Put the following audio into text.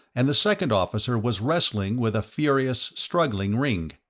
and the second officer was wrestling with a furious, struggling ringg.